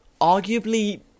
arguably